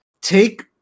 Take